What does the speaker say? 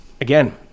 again